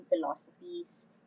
philosophies